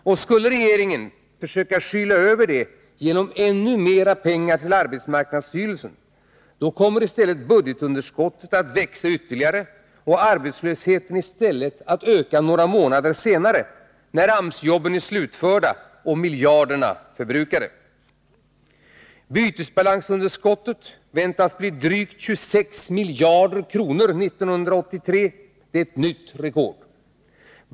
Och skulle regeringen försöka skyla över det genom ännu mera pengar till arbetsmarknadsstyrelsen, kommer budgetunderskottet att växa ytterligare och arbetslösheten i stället att öka några månader senare, när AMS-jobben är slutförda och miljarderna förbrukade. Bytesbalansunderskottet förväntas bli 26 miljarder nästa budgetår. Det är ett nytt rekord.